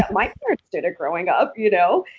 my parents did it growing up. you know?